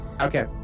Okay